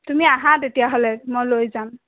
তুমি আহা তেতিয়া হ'লে মই লৈ যাম